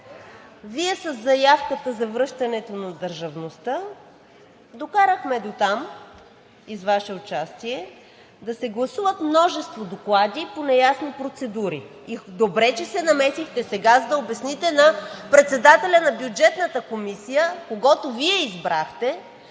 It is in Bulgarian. Вие със заявката за връщането на държавността я докарахме дотам и с Ваше участие да се гласуват множество доклади по неясни процедури. Добре, че се намесихме сега, за да обясните на председателя на Бюджетната комисия, когото Вие избрахте,